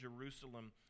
Jerusalem